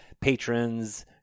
patrons